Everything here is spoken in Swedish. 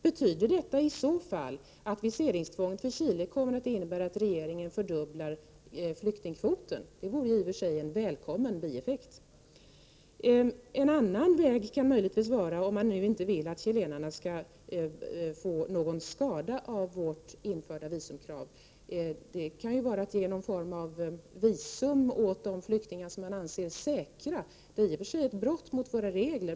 Kommer i så fall detta viseringstvång för chilenare att innebära att regeringen fördubblar flyktingkvoten? Det vore i och för sig en välkommen bieffekt. Om man nu inte vill att chilenarna skall lida någon skada av vårt införda visumkrav, kan en annan väg vara att ge någon form av visum åt de flyktingar som man anser vara säkra. Det är i och för sig ett brott mot våra regler.